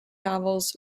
novels